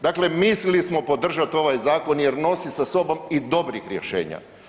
Dakle, mislili smo podržati ovaj zakon jer nosi sa sobom i dobrih rješenja.